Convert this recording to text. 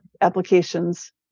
applications